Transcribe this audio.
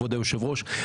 כבוד היושב-ראש,